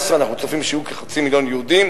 וב-2018 אנחנו צופים שיהיו כחצי מיליון יהודים,